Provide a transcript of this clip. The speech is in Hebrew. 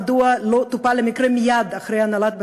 מדוע לא טופל המקרה מייד על-ידי הנהלת בית-הספר?